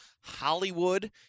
Hollywood